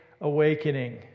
Awakening